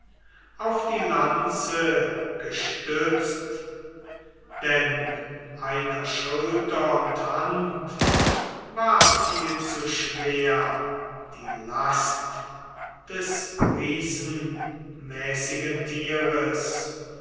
auf die lanze gestützt denn einer schulter und hand war viel zu schwer die last des riesenmäßigen tieres